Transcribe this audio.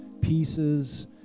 pieces